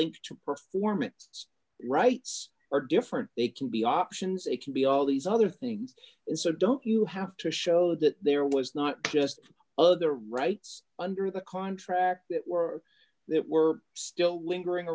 linked to performance rights are different they can be options it can be all these other things is so don't you have to show that there was not just other rights under the contract or that were still lingering